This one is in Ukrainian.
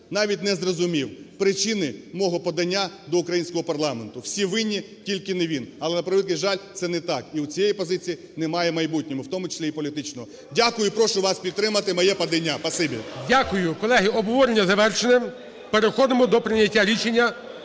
навіть не зрозумів причини мого подання до українського парламенту. Всі винні, тільки не він. Але, на превеликий жаль, це не так, і у цієї позиції немає майбутнього, у тому числі і політичного. Дякую. І прошу вас підтримати моє подання.